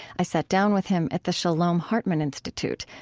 i sat down with him at the shalom hartman institute,